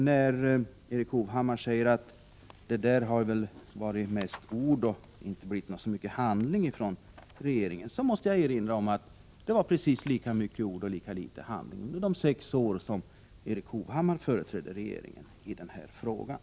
När Erik Hovhammar säger att det där har varit mest ord och att det inte har blivit så mycket handling från regeringen, måste jag erinra om att det var precis lika mycket ord och lika litet handling under de sex år då Erik Hovhammar företrädde regeringen i den här frågan.